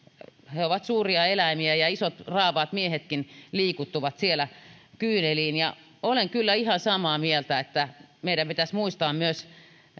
he ovat suuria eläimiä ja isot raavaat miehetkin liikuttuvat siellä kyyneliin olen kyllä ihan samaa mieltä että meidän pitäisi muistaa myös